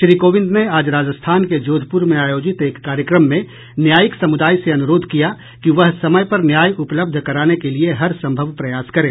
श्री कोविंद ने आज राजस्थान के जोधपुर में आयोजित एक कार्यक्रम में न्यायिक समुदाय से अनुरोध किया कि वह समय पर न्याय उपलब्ध कराने के लिए हरसंभव प्रयास करे